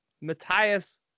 Matthias